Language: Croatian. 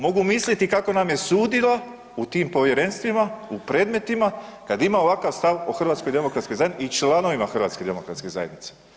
Mogu misliti kako nam je sudila u tim povjerenstvima u predmetima kad ima ovakav stav o HDZ-u i članovima HDZ-a.